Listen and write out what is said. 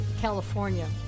California